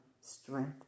strength